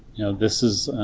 know this is